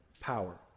power